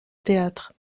théâtre